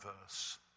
verse